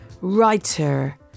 writer